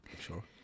sure